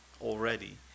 already